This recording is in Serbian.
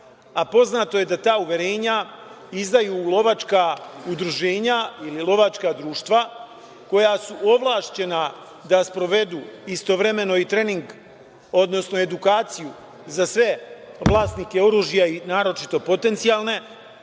a poznato je da ta uverenja izdaju lovačka udruženja ili lovačka društva koja su ovlašćena da sprovedu istovremeno i trening, odnosno edukaciju za sve vlasnike oružja, naročito potencijalne.